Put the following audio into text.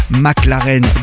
McLaren